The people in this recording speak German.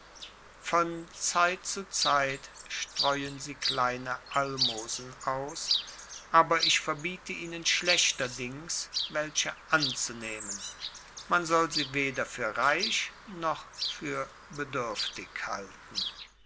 von zeit zu zeit streuen sie kleine almosen aus aber ich verbiete ihnen schlechterdings welche anzunehmen man soll sie weder für reich noch für dürftig halten